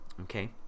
okay